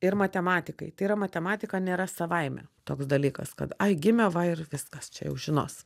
ir matematikai tai yra matematika nėra savaime toks dalykas kad ai gimė va ir viskas čia jau žinos